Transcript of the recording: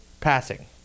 passing